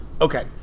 Okay